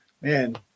man